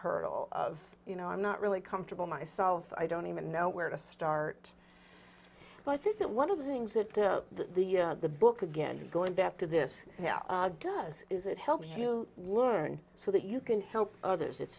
hurdle of you know i'm not really comfortable myself i don't even know where to start but i think that one of the things that the the book again going back to this does is it helps you learn so that you can help others it's